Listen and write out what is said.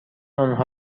آنها